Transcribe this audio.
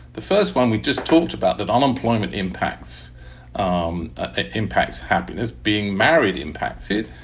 the first one, we just talked about that unemployment impacts um ah impacts happiness. being married impacts it.